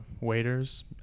waiters